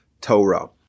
Torah